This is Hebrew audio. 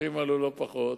בשטחים האלה, לא פחות,